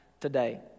today